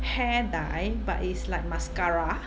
hair dye but it's like mascara